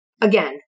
Again